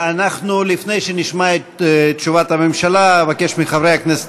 לפני שנשמע את תשובת הממשלה אבקש מחברי הכנסת